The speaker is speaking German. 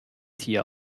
tier